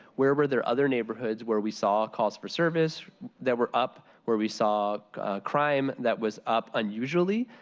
where were there other neighborhoods where we saw calls for service that were up, where we saw crime that was up unusually.